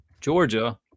Georgia